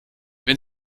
wenn